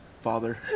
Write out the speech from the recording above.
father